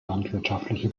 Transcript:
landwirtschaftliche